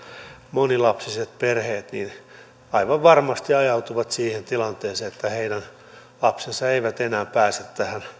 monilapsiset perheet aivan varmasti ajautuvat siihen tilanteeseen että heidän lapsensa eivät enää pääse